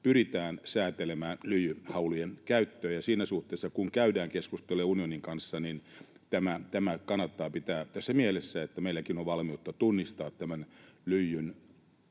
pyritään säätelemään lyijyhaulien käyttöä. Siinä suhteessa kun käydään keskusteluja unionin kanssa, tämä kannattaa pitää mielessä, että meilläkin on valmiutta tunnistaa lyijyn